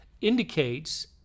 indicates